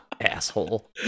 Asshole